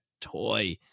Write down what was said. toy